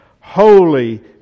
holy